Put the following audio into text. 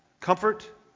Comfort